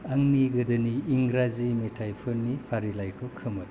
आंनि गोदोनि इंग्राजि मेथायफोरनि फारिलाइखौ खोमोर